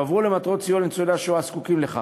יועברו למטרות סיוע לניצולי השואה הזקוקים לכך,